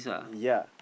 yea